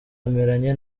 bameranye